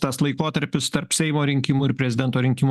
tas laikotarpis tarp seimo rinkimų ir prezidento rinkimų